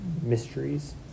mysteries